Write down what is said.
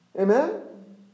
Amen